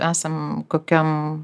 esam kokiam